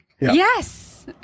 Yes